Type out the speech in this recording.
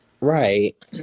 Right